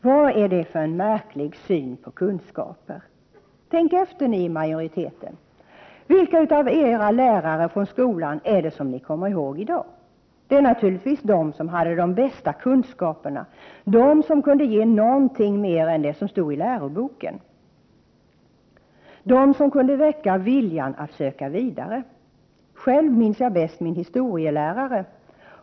Vad är det för märklig syn på kunskaper? Tänk efter, ni inom majoriteten! Vilka av era lärare från skolan är det ni kommer ihåg i dag? Det är naturligtvis de som hade de bästa kunskaperna, de som kunde ge något mer än det som stod i läroboken, de som kunde väcka viljan att söka vidare. Själv minns jag bäst min historielärare.